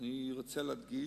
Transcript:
אני רוצה להדגיש,